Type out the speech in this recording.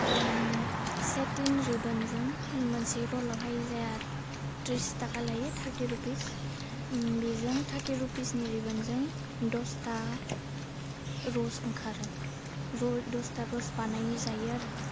ओम सेटिन रिबोनजों मोनसे रलावहाय जाया ट्रिस थाका लायो थार्टि रुपिस बिजों थार्टि रुपिसनि रिबोनजों दसथा रस ओंखारो रह दसथा रस बानाय जायो आरो